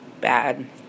Bad